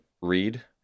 read